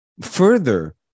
further